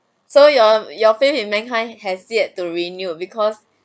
so your your faith in mankind has yet to renew because